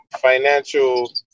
financial